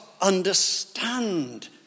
understand